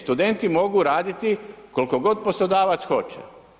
Studenti mogu raditi koliko god poslodavac hoće.